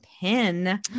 pin